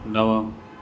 नव